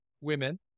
women